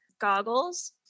goggles